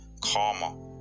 karma